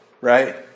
right